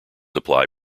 apply